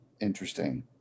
interesting